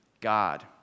God